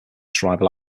tribal